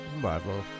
Marvel